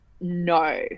no